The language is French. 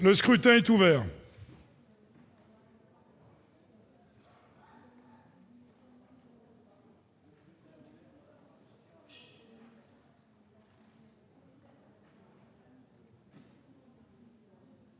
Le scrutin est ouvert.